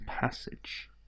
Passage